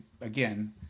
again